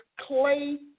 clay